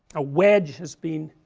a wedge has been